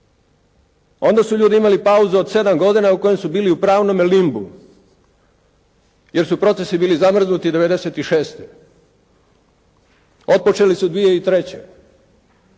Onda su ljudi imali pauzu od 7 godina u kojem su bili u pravnome limbu, jer su procesi bili zamrznuti do '96. otpočeli su 2003.